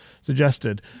suggested